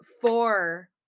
four